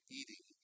eating